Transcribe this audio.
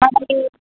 అంటే